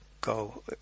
go